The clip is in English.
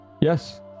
yes